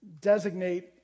designate